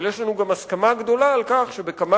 אבל יש לנו גם הסכמה גדולה על כך שבכמה